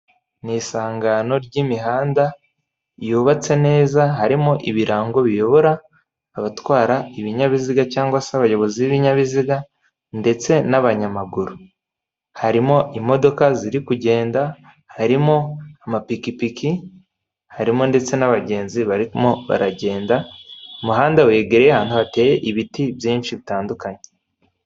Mu isangano ry'imihanda yubatse neza harimo ibirango biyobora abatwara ibinyabiziga cyangwa se abayobozi b'ibinyabiziga ndetse n'abanyamaguru, harimo imodoka ziri kugenda harimo amapikipiki harimo ndetse n'abagenzi barimo baragenda umuhanda wegeye ahantu hateye ibiti byinshi bitandukanye.